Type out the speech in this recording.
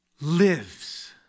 lives